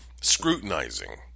scrutinizing